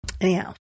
anyhow